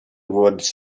woods